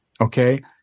okay